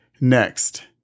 Next